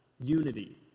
Unity